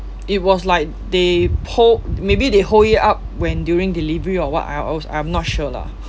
it was like they poured maybe they hold it up when during delivery or [what] I als~ I'm not sure lah